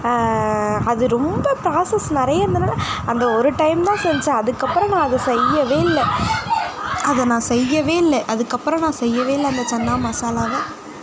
அது ரொம்ப ப்ராசெஸ் நிறையா இருந்தனால் அந்த ஒரு டைம் தான் செஞ்ச அதுக்கு அப்பறம் நான் அதை செய்யவே இல்லை அதை நான் செய்யவே இல்லை அதுக்கு அப்புறம் நான் செய்யவே இல்லை அந்த சன்னா மசாலாவை